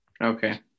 Okay